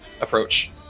approach